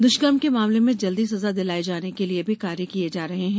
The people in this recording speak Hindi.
दुष्कर्मे के मामलों में जल्दी सजा दिलाए जाने के लिए भी कार्य किए जा रहे हैं